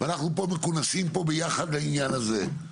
ואנחנו מכונסים פה ביחד לעניין הזה.